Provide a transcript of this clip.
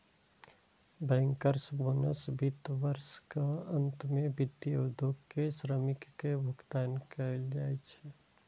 bankers bonus वित्त वर्षक अंत मे वित्तीय उद्योग के श्रमिक कें भुगतान कैल जाइ छै